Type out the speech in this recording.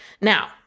now